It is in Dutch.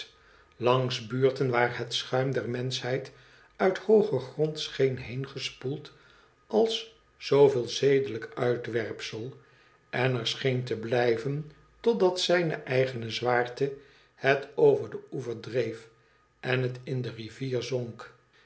langs buurten waar het schuim der menschheid uit hooger grond scheen heengespoeld als zooveel zedelijk uitwerpsel en er scheen te blijven totdat zijne eigene zwaarte het over den oever dreef en het in de ifvier zonk